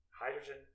hydrogen